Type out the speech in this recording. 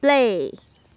play